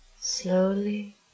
slowly